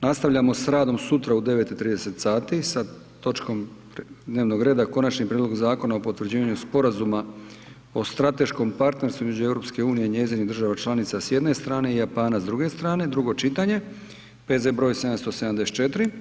Nastavljamo s radom sutra u 9,30 sati sa točkom dnevnog reda Konačni prijedlog zakona o potvrđivanju Sporazuma o strateškom partnerstvu između EU i njezinih država članica s jedne strane i Japana s druge strane, drugo čitanje, P.Z. br. 774.